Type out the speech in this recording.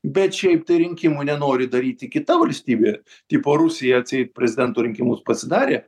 bet šiaip tai rinkimų nenori daryti kita valstybė tipo rusija atseit prezidento rinkimus pasidarė